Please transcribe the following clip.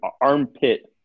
armpit